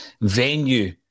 venue